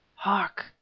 hark!